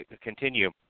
continue